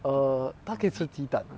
err 他可以吃鸡蛋 ah